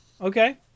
Okay